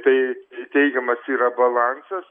tai teigiamas yra balansas